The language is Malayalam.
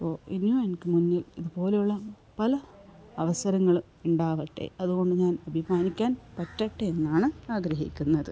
അപ്പോൾ ഇനിയും എനിക്ക് മുന്നിൽ ഇതുപോലെയുള്ള പല അവസരങ്ങൾ ഉണ്ടാവട്ടെ അതുകൊണ്ട് ഞാൻ അഭിമാനിക്കാൻ പറ്റട്ടെ എന്നാണ് ആഗ്രഹിക്കുന്നത്